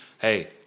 Hey